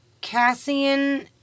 Cassian